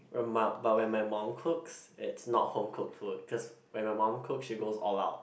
when my but when my mum cooks it's not home cooked food cause when my mum cooks she goes all out